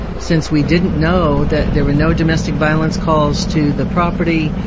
since we didn't know, that there were no domestic violence calls to the property,